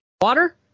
water